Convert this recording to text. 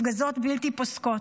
הפגזות בלתי פוסקות,